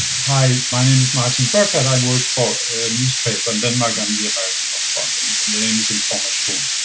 hi, my name is martin burcharth. i work for a newspaper in denmark. i'm the american correspondent. the and the name is information.